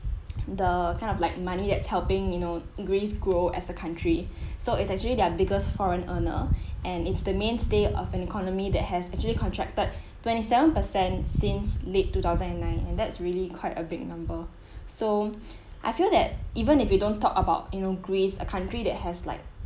the kind of like money that's helping you know greece grow as a country so it's actually their biggest foreign earner and it's the mainstay of an economy that has actually contracted twenty seven percent since late two thousand and nine and that's really quite a big number so I feel that even if you don't talk about you know greece a country that has like